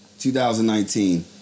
2019